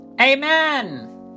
Amen